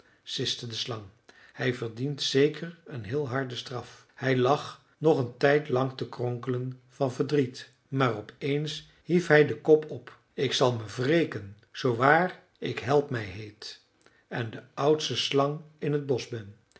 siste de slang hij verdient zeker een heel harde straf hij lag nog een tijd lang te kronkelen van verdriet maar op eens hief hij den kop op ik zal me wreken zoowaar ik helpmij heet en de oudste slang in t bosch ben